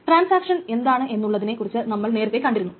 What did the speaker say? transaction എന്താണ് എന്നുള്ളതിനെ കുറിച്ച് നമ്മൾ നേരത്തെ കണ്ടിരുന്നു